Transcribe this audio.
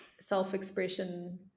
self-expression